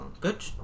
Good